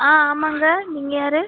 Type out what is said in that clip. ஆ ஆமாங்க நீங்கள் யார்